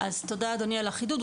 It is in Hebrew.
אז תודה על החידוד,